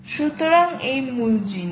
সুতরাং এই মূল জিনিস